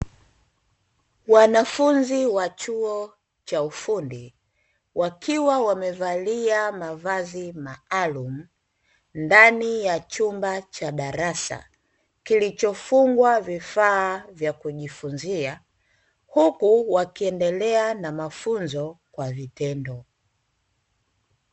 Wanafunzi wa chuo cha ufundi wakiwa wamevalia mavazi maalumu ndani ya chumba cha darasa kilichofungwa vifaa vya kujifunzia, huku wakiendelea na mafunzo kwa vitendo.